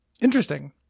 Interesting